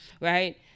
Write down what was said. right